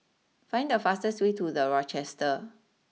find the fastest way to the Rochester